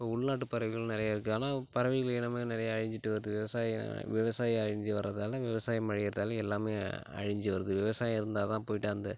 இப்போ உள்நாட்டு பறவைகள் நிறையா இருக்குது ஆனால் பறவைகள் இனமே நிறையா அழிஞ்சிகிட்டு வருது விவசாய விவசாயி அழிஞ்சு வர்றதால் விவசாயம் அழியிறதால் எல்லாமே அழிஞ்சு வருது விவசாயம் இருந்தால் தான் போய்ட்டு அந்த